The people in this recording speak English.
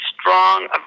strong